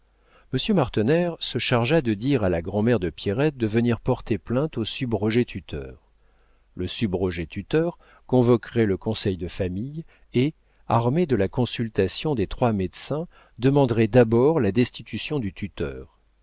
martener se chargea de dire à la grand'mère de pierrette de venir porter plainte au subrogé-tuteur le subrogé-tuteur convoquerait le conseil de famille et armé de la consultation des trois médecins demanderait d'abord la destitution du tuteur